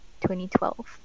2012